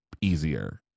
easier